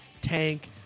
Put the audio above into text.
Tank